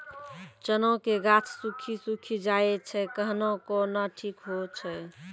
चना के गाछ सुखी सुखी जाए छै कहना को ना ठीक हो छै?